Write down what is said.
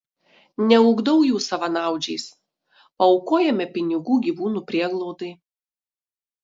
neugdau jų savanaudžiais paaukojame pinigų gyvūnų prieglaudai